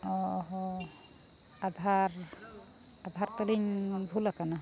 ᱚᱸᱻ ᱦᱚᱸ ᱟᱫᱷᱟᱨ ᱟᱫᱷᱟᱨ ᱛᱟᱹᱞᱤᱧ ᱵᱷᱩᱞ ᱟᱠᱟᱱᱟ